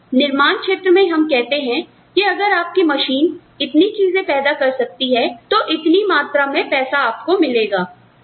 तो निर्माण क्षेत्र में हम कहते हैं कि अगर आपकी मशीन इतनी चीजें पैदा कर सकती है तो इतनी मात्रा में पैसा आपको मिलेगा